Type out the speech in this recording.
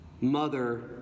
mother